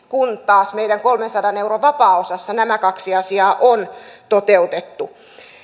kun taas meidän kolmensadan euron vapaaosassa nämä kaksi asiaa on toteutettu